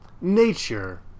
nature